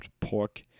pork